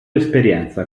esperienza